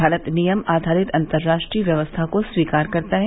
भारत नियम आघारित अंतर्राष्ट्रीय व्यवस्था को स्वीकार करता है